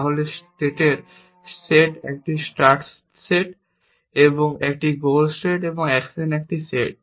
তাহলে স্টেটের সেট একটি স্টার্ট স্টেট এবং একটি গোল স্টেট এবং অ্যাকশনের একটি সেট